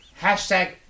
Hashtag